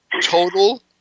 Total